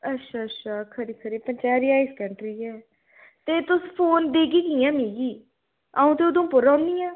अच्छा अच्छा खरी खरी पंचैरी हाई सकैंडरी ऐ ते तुस फोन देह्गे कि'यां मिगी अ'ऊं ते उधमपुर रौह्न्नी आं